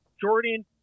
Jordan